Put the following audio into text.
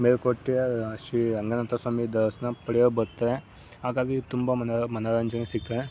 ಮೇಲುಕೋಟೆಯ ಶ್ರೀರಂಗನಾಥ ಸ್ವಾಮಿ ದರ್ಶನ ಪಡೆವ ಬರ್ತಾರೆ ಹಾಗಾಗಿ ತುಂಬ ಮನೋ ಮನೋರಂಜನೆ ಸಿಗ್ತದೆ